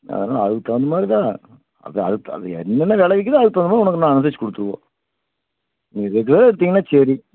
அதெலாம் அதுக்கு தகுந்த மாதிரிதான் அது என்னென்ன விலை விற்கிதோ அதுக்குத் தகுந்த மாதிரி உனக்கு நாங்கள் அனுசரிச்சு கொடுத்துருவோம் நீங்கள் ரெகுலராக எடுத்தீங்கனால் சரி